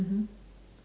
mmhmm